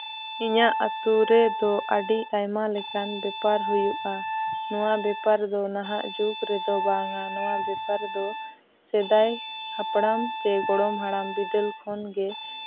ᱤᱧᱟᱹᱜ ᱟᱛᱳ ᱨᱮᱫᱚ ᱟᱹᱰᱤ ᱟᱭᱢᱟ ᱞᱮᱠᱟᱱ ᱵᱮᱯᱟᱨ ᱦᱩᱭᱩᱜᱼᱟ ᱱᱚᱣᱟ ᱵᱮᱯᱟᱨ ᱫᱚ ᱱᱟᱦᱟᱜ ᱡᱩᱜᱽ ᱨᱮᱫᱚ ᱵᱟᱝᱟ ᱱᱚᱣᱟ ᱵᱮᱯᱟᱨ ᱫᱚ ᱥᱮᱫᱟᱭ ᱦᱟᱯᱲᱟᱢ ᱪᱮ ᱜᱚᱲᱚᱢ ᱦᱟᱲᱟᱢ ᱵᱤᱫᱟᱹᱞ ᱠᱷᱚᱱ ᱜᱮ